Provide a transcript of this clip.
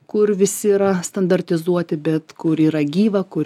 kur visi yra standartizuoti bet kur yra gyva kur